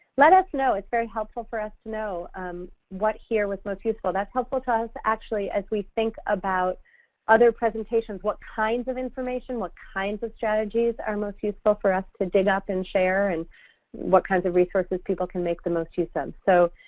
let us know. it's very helpful for us to know um what here was most useful. that's helpful to us, actually, as we think about other presentations, what kinds of information, what kinds of strategies are most useful for us to dig up and share, and what kinds of resources people can make the most use of. um so,